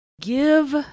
Give